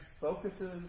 focuses